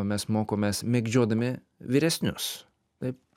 mes mokomės mėgdžiodami vyresnius taip